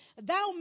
Thou